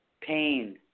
pain